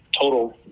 total